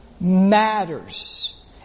matters